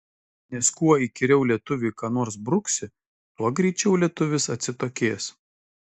nes kuo įkyriau lietuviui ką nors bruksi tuo greičiau lietuvis atsitokės